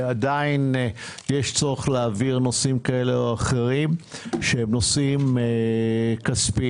עדיין יש צורך להעביר לשם נושאים כאלה או אחרים שהם נושאים כספיים.